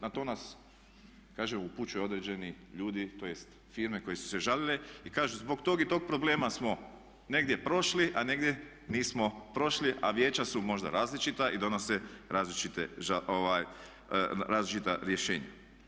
Na to nas kažem upućuju određeni ljudi tj. firme koje su se žalile i kažu zbog tog i tog problema smo negdje prošli, a negdje nismo prošli a vijeća su možda različita i donose različita rješenja.